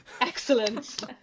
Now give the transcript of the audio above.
Excellent